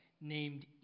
named